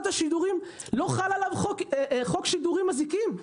השידורים לא חל עליו חוק שידורים מזיקים.